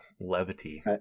levity